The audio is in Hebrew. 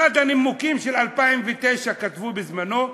אחד הנימוקים של 2009 שכתבו בזמנו: